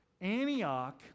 Antioch